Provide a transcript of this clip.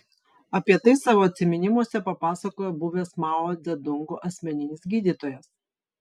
apie tai savo atsiminimuose papasakojo buvęs mao dzedungo asmeninis gydytojas